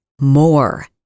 more